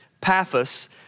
Paphos